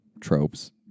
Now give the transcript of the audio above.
tropes